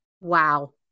Wow